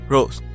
Rose